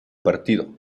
partido